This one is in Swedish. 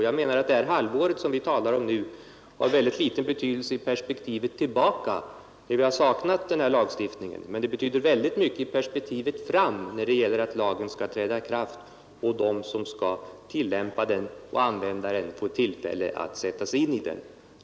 Jag menar att det här halvåret som vi talar om nu har ganska liten betydelse i perspektivet bakåt när vi har saknat den här lagstiftningen, men det betyder ganska mycket i perspektivet framåt när det gäller att lagen skall träda i kraft och att de som skall tillämpa lagen får tillfälle att sätta sin in i den.